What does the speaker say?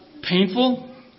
painful